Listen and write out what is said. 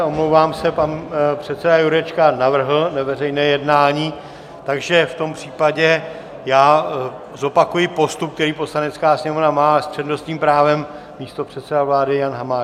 Omlouvám se, pan předseda Jurečka navrhl neveřejné jednání, takže v tom případě já zopakuji postup, který Poslanecká sněmovna má, a s přednostním právem místopředseda vlády Jan Hamáček.